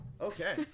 Okay